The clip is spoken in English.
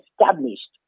established